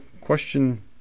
question